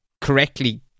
correctly